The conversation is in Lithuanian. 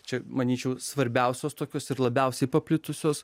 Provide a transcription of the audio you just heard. čia manyčiau svarbiausios tokios ir labiausiai paplitusios